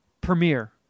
premiere